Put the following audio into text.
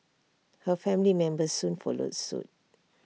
her family members soon followed suit